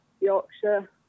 Yorkshire